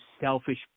selfish